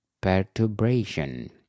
perturbation